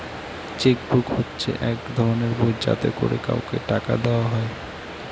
check book হচ্ছে এক ধরনের বই যাতে করে কাউকে টাকা দেওয়া হয়